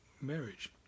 marriage